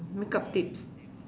makeup tips